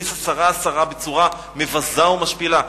הכניס עשרה-עשרה בצורה מבזה ומשפילה.